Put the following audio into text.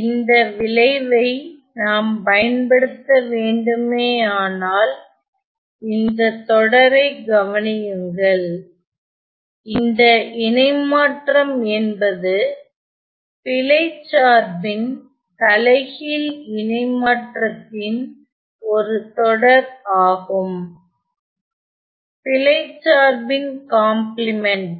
இந்த விளைவை நாம் பயன்படுத்த வேண்டுமே ஆனால் இந்த தொடரை கவனியுங்கள் இந்த இணைமாற்றம் என்பது பிழைச் சார்பின் தலைகீழ்இணைமாற்றத்தின் ஒரு தொடர் ஆகும் பிழைச் சார்பின் காம்ப்ளிமென்ட்